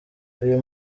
uyu